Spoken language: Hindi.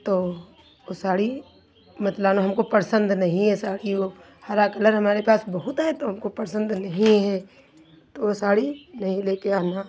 तो वो साड़ी मत लाना हमको पसंद नहीं है साड़ी वो हरा कलर हमारे पास बहुत है तो हमको पसंद नहीं हैं तो वो साड़ी नहीं ले के आना